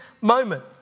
moment